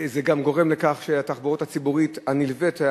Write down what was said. זה גם גורם לכך שהתחבורה הציבורית הנלווית,